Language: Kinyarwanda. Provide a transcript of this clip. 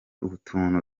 utuntu